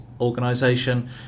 organization